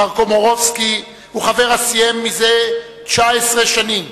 מר קומורובסקי הוא חבר הסיים זה 19 שנים,